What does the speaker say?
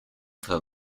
for